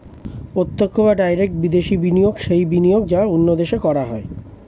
প্রত্যক্ষ বা ডাইরেক্ট বিদেশি বিনিয়োগ সেই বিনিয়োগ যা অন্য দেশে করা হয়